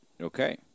Okay